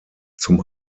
zum